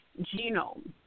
genome